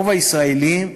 רוב הישראלים,